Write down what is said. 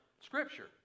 Scripture